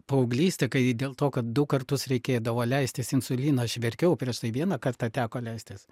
paauglyste kai dėl to kad du kartus reikėdavo leistis insuliną aš verkiau prieš tai vieną kartą teko leistis